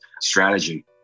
strategy